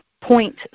point